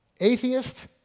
Atheist